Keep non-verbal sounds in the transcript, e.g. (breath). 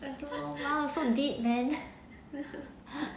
after all !wah! so deep man (breath)